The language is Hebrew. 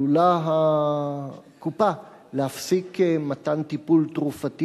עלולה הקופה להפסיק מתן טיפול תרופתי